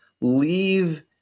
leave